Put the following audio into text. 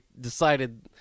decided